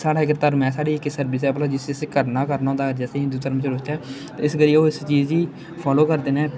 साढ़ा इक धर्म ऐ साढ़ी इक सर्बिस ऐ भला जिस्सी असें करना गै करना होंदा ऐ अगर अस हिंदू धर्म रोह्चै ते इस करियै ओह् इस चीज गी फालो करदे न